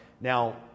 Now